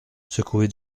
secoué